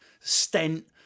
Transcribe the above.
stent